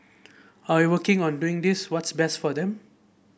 are you working or doing this what's best for them